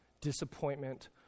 disappointment